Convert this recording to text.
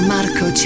Marco